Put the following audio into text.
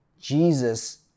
Jesus